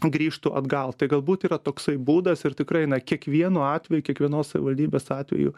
grįžtų atgal tai galbūt yra toksai būdas ir tikrai na kiekvienu atveju kiekvienos savivaldybės atveju